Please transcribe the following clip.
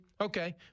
Okay